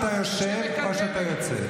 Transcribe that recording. שאתה משקר.